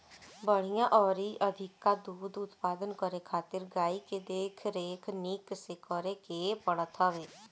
बढ़िया अउरी अधिका दूध उत्पादन करे खातिर गाई के देख रेख निक से करे के पड़त हवे